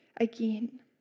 again